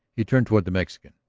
he turned toward the mexican.